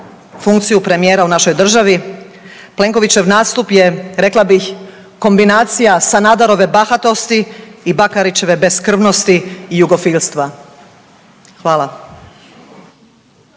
funkciju premijera u našoj državi, Plenkovićev nastup je rekla bih kombinacija Sanaderove bahatosti i Bakarićeve beskrvnosti i jugofilstva. Hvala.